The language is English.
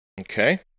Okay